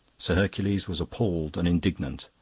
sir hercules was appalled and indignant,